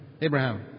Abraham